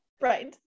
Right